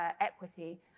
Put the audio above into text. equity